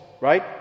Right